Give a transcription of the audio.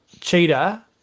Cheetah